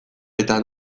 eta